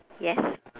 yes